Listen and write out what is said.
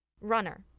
Runner